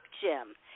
Jim